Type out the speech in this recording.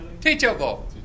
Teachable